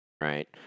right